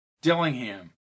Dillingham